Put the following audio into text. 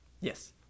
Yes